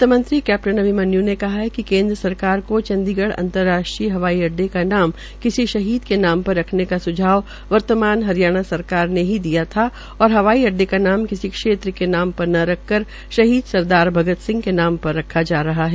वित मंत्री कैप्टन अभिमन्य् ने कहा है कि केन्द्र सरकार को चंडीगढ़ अंतराष्ट्रीय हवाई अड्डे का नाम किसी शहीद के नाम पर रखने का स्झाव वर्तमान हरियाणा सरकार ने ही दिया था और हवाई अड्डे का नाम किसी क्षेत्र के नाम पर न रख कर शहीद सरदार भगत सिंह के नाम पर रखा जा रहा है